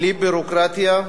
בלי ביורוקרטיה,